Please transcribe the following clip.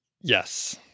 Yes